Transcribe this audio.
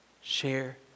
Share